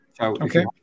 Okay